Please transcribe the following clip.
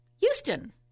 Houston